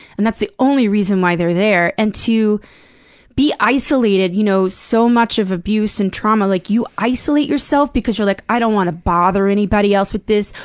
and that's the only reason why they're there. and to be isolated you know so much of abuse and trauma like, you isolate yourself because you're like, i don't wanna bother anybody else with this,